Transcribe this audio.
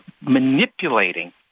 manipulating